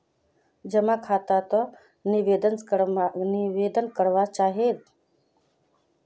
जमा खाता त निवेदन करवा चाहीस?